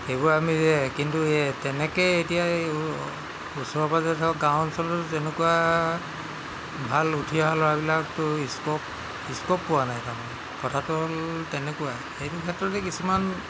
সেইবোৰ আমি কিন্তু তেনেকৈ এতিয়া ওচৰৰ পাঁজৰে থকা গাঁও অঞ্চলতো তেনেকুৱা ভাল উঠি অহা ল'ৰাবিলাকেও ভাল স্ক'প স্ক'প পোৱা নাই তাৰমানে কথাটো হ'ল তেনেকুৱা এইটো ক্ষেত্ৰতেই কিছুমান